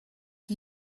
are